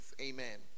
Amen